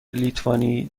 لیتوانی